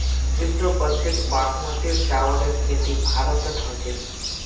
विश्व प्रसिद्ध बासमतीर चावलेर खेती भारतत ह छेक